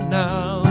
now